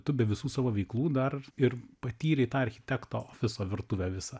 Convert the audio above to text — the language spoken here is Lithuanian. tu be visų savo veiklų dar ir patyrei tą architekto visą virtuvę visą